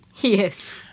Yes